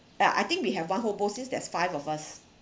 uh I think we have one whole bowl since there's five of us